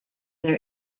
their